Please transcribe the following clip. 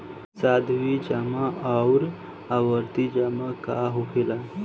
सावधि जमा आउर आवर्ती जमा का होखेला?